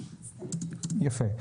יפה.